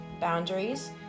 boundaries